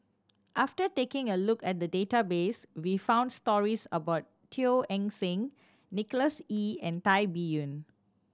after taking a look at the database we found stories about Teo Eng Seng Nicholas Ee and Tan Biyun